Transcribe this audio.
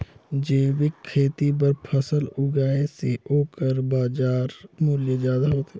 जैविक खेती बर फसल उगाए से ओकर बाजार मूल्य ज्यादा होथे